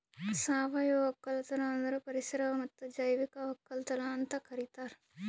ಸಾವಯವ ಒಕ್ಕಲತನ ಅಂದುರ್ ಪರಿಸರ ಮತ್ತ್ ಜೈವಿಕ ಒಕ್ಕಲತನ ಅಂತ್ ಕರಿತಾರ್